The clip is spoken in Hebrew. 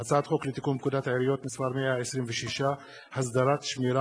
הצעת חוק לתיקון פקודת העיריות (מס' 126) (הסדרת שמירה,